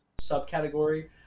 subcategory